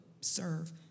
serve